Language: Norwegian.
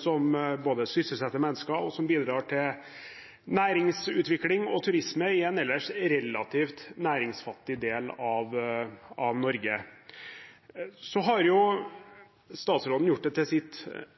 som både sysselsetter mennesker og bidrar til næringsutvikling og turisme i en ellers relativt næringsfattig del av Norge. Statsråden har gjort det til sitt